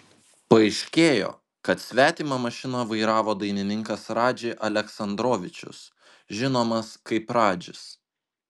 paaiškėjo kad svetimą mašiną vairavo dainininkas radži aleksandrovičius žinomas kaip radžis